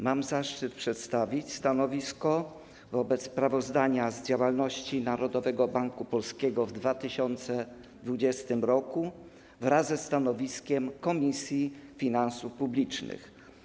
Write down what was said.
Mam zaszczyt przedstawić stanowisko wobec sprawozdania z działalności Narodowego Banku Polskiego w 2020 r. wraz ze stanowiskiem Komisji Finansów Publicznych.